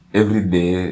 everyday